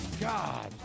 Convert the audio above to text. God